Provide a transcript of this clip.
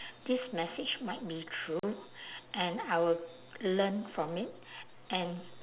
this message might be true and I will learn from it and